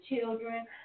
children